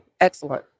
Excellent